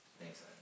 Thanks